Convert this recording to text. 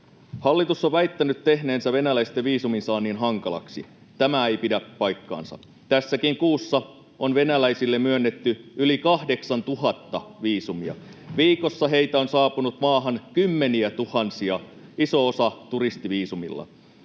Hallitus on väittänyt tehneensä venäläisten viisumin saannin hankalaksi. Tämä ei pidä paikkaansa. Tässäkin kuussa on venäläisille myönnetty yli 8 000 viisumia. Viikossa heitä on saapunut maahan kymmeniätuhansia, iso osa turistiviisumilla.